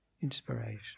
inspiration